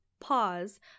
pause